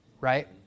right